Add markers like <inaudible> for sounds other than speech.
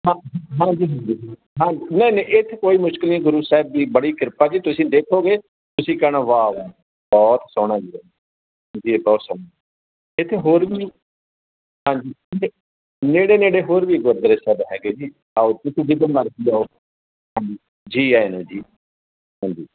<unintelligible> ਹਾਂਜੀ ਹਾਂਜੀ ਹਾ ਹਾਂਜੀ ਨਹੀਂ ਨਹੀਂ ਇੱਥੇ ਕੋਈ ਮੁਸ਼ਕਿਲ ਨਹੀਂ ਗੁਰੂ ਸਾਹਿਬ ਦੀ ਬੜੀ ਕਿਰਪਾ ਜੀ ਤੁਸੀਂ ਦੇਖੋਗੇ ਤੁਸੀਂ ਕਹਿਣਾ ਵਾਹ ਬਹੁਤ ਸੋਹਣਾ ਜੀ ਇਹ ਜੀ ਇਹ ਬਹੁਤ ਸੋਹਣਾ ਇੱਥੇ ਹੋਰ ਵੀ ਹਾਂਜੀ ਨੇ ਨੇੜੇ ਨੇੜੇ ਹੋਰ ਵੀ ਗੁਰਦੁਆਰਾ ਸਾਹਿਬ ਹੈਗੇ ਜੀ ਆਓ ਤੁਸੀਂ ਜਿੱਦਣ ਮਰਜ਼ੀ ਆਓ ਹਾਂਜੀ ਜੀ ਆਇਆਂ ਨੂੰ ਜੀ ਹਾਂਜੀ